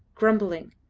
grumbling,